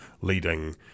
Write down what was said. leading